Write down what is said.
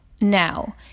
Now